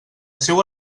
seua